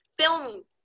film